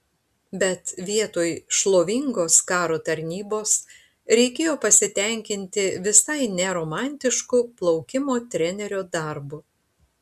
bet vietoj šlovingos karo tarnybos reikėjo pasitenkinti visai ne romantišku plaukimo trenerio darbu